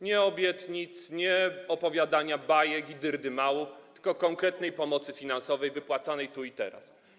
Nie obietnic, nie opowiadania bajek i dyrdymałów, tylko konkretnej pomocy finansowej wypłacanej tu i teraz.